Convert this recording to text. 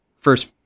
first